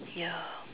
ya